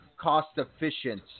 cost-efficient